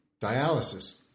dialysis